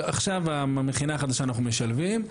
עכשיו במכינה החדשה אנחנו משלבים.